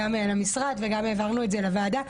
גם למשרד וגם העברנו את זה לוועדה,